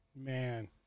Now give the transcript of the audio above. Man